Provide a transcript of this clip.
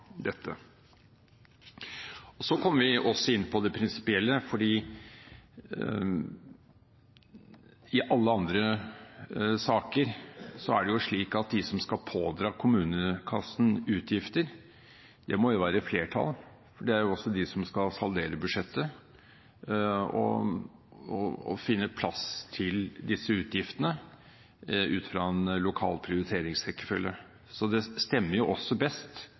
dette. Så kommer vi inn på det prinsipielle. I alle andre saker er det jo slik at de som skal pådra kommunekassen utgifter – det må jo være et flertall – også er de som skal saldere budsjettet og finne plass til disse utgiftene ut fra en lokal prioriteringsrekkefølge. Det stemmer jo også best